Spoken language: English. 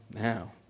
now